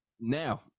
now